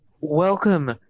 Welcome